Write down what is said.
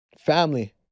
family